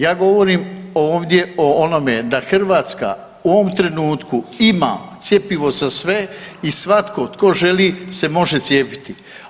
Ja govorim ovdje o onome da Hrvatska u ovom trenutku ima cjepivo za sve i svatko tko želi se može cijepiti.